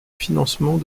financement